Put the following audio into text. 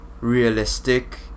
realistic